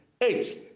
Eight